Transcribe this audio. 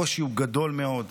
הקושי הוא גדול מאוד,